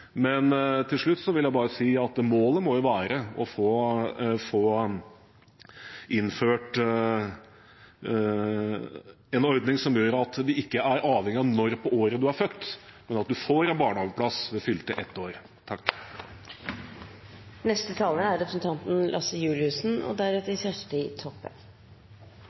Men til slutt vil jeg bare si at målet må være å få innført en ordning som gjør at man ikke er avhengig av når på året man er født, men at man får barnehageplass ved fylte ett år. I 2009 innførte regjeringen Stoltenberg II en lovfestet rett til barnehage, og